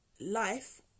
life